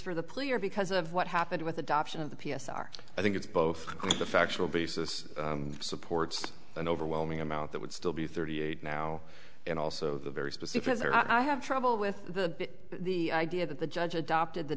for the plea or because of what happened with adoption of the p s r i think it's both the factual basis supports an overwhelming amount that would still be thirty eight now and also the very specific i have trouble with the idea that the judge adopted the